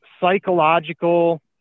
psychological